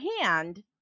hand